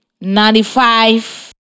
ninety-five